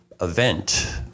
event